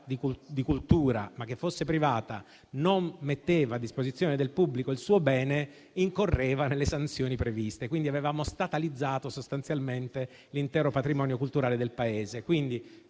di cultura, che fosse però privata, non metteva a disposizione del pubblico il suo bene, incorreva nelle sanzioni previste. Avevamo statalizzato l'intero patrimonio culturale del Paese. Quindi,